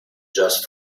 just